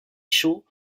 chaud